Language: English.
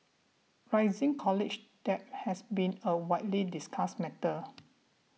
rising college debt has been a widely discussed matter